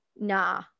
nah